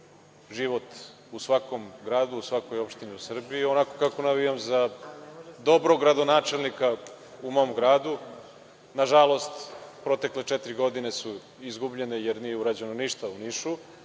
život u svakom gradu, u svakoj opštini u Srbiji, onako kako navijam za dobrog gradonačelnika u mom gradu. Nažalost, protekle četiri godine izgubljene jer nije ništa urađeno u Nišu.